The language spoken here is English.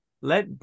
Let